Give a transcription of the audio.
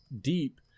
deep